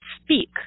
speak